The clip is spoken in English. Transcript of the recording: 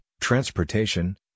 transportation